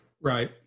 Right